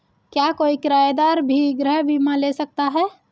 क्या कोई किराएदार भी गृह बीमा ले सकता है?